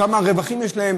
כמה רווחים יש להם,